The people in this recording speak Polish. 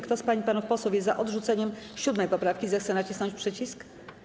Kto z pań i panów posłów jest za odrzuceniem 7. poprawki, zechce nacisnąć przycisk.